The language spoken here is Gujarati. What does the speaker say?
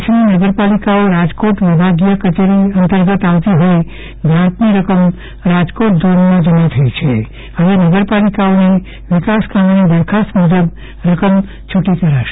કચ્છની નગરપાલિકાઓ રાજકોટ વિભાગીય કચેરી અંતર્ગત આવતી હોઈ ગ્રાન્ટની રકમ રાજકોટ ઝોન થઈ છે હવે નગરપાલિકાઓની વિકાસ કામોની દરખાસ્ત મુજબ રકમ છૂટ કરાશે